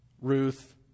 Ruth